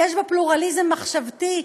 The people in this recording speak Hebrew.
יש בה פלורליזם מחשבתי,